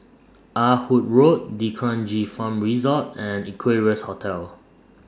Ah Hood Road D'Kranji Farm Resort and Equarius Hotel